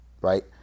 right